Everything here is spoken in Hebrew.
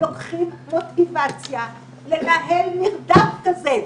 לוקחים מוטיבציה לנהל מרדף כזה?